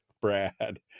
Brad